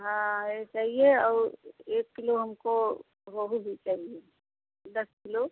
हाँ यह चाहिए और एक किलो हमको रोहू भी चाहिए दस किलो